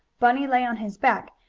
bunny lay on his back,